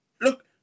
look